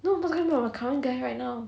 not talking about my current guy right now